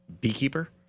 beekeeper